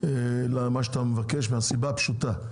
למה שאתה מבקש מהסיבה הפשוטה,